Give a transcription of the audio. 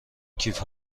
کیف